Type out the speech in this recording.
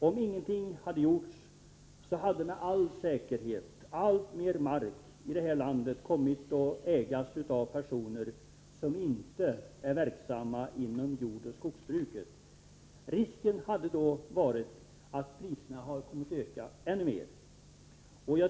Om ingenting hade gjorts, skulle med all säkerhet allt mer mark i det här landet ha kommit att ägas av personer som inte var verksamma inom jordoch skogsbruket. Risken hade då funnits att priserna ökat än mer.